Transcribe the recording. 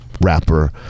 rapper